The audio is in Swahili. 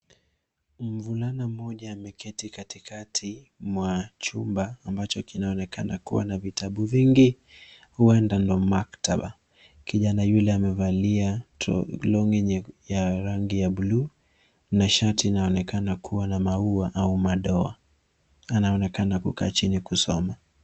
Mvulana mmoja ameketi katikati mwa chumba ambacho kinaonekana kuwa na vitabu vingi, huenda ndo maktaba. Kijana yule amevalia longi ya rangi ya buluu na shati inaonekana kuwa na maua au madoa. Anaonekana kukaa chini kusoma.